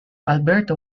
alberto